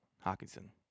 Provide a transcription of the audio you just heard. Hawkinson